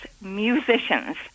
musicians